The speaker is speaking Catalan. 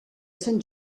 sant